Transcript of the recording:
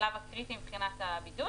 בשלב הקריטי מבחינת הבידוד.